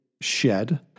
shed